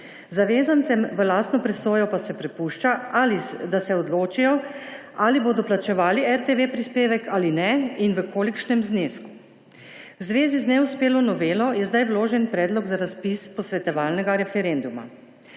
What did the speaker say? Zavezancem v lastno presojo pa se prepušča, da se odločijo, ali bodo plačevali RTV prispevek ali ne in v kolikšnem znesku. V zvezi z neuspelo novelo je sedaj vložen predlog za razpis posvetovalnega referenduma.